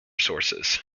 sources